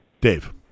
Dave